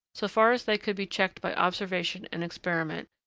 so far as they could be checked by observation and experiment,